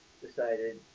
decided